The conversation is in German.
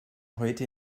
heute